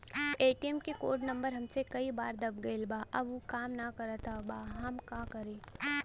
ATM क code number हमसे कई बार दब गईल बा अब उ काम ना करत बा हम का करी?